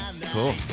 Cool